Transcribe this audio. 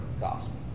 gospel